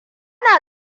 na